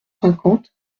cinquante